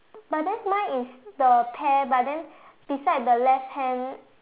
but then mine is the pear but then beside the left hand